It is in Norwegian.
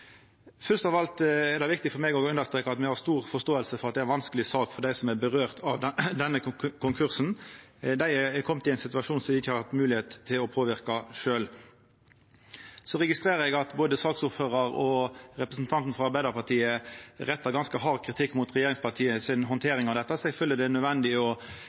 Fyrst av alt er det viktig for meg å understreka at me har stor forståing for at det er ei vanskeleg sak for dei som denne konkursen får følgjer for. Dei er komne i ein situasjon som dei ikkje har hatt moglegheit til å påverka sjølve. Eg registrerer at både saksordføraren og representanten frå Arbeidarpartiet rettar ganske hard kritikk mot regjeringspartia si handtering av dette, så eg føler at det er nødvendig